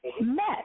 met